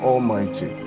Almighty